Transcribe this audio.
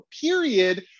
period